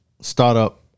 Startup